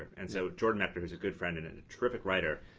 and so jordan mechner, who is a good friend and and a terrific writer,